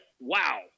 wow